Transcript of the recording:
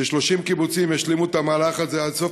ש-30 קיבוצים ישלימו את המהלך הזה עד סוף